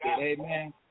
Amen